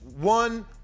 one